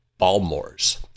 Balmores